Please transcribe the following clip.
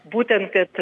būtent kad